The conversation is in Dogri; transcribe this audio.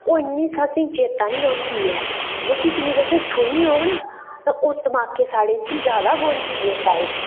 ओह् इन्नी असें गी चेत्ता नेईं रौंह्दी ऐ जेहकी चीज असें सुनी होग नां ओह् दमाकै साढ़े च जैदा बौंंह्दी ऐ शायद